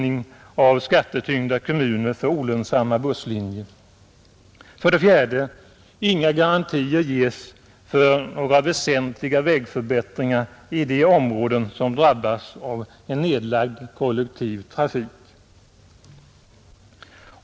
Inga garantier ges för några väsentliga vägförbättringar i de områden som drabbas av en nedlagd kollektiv trafik.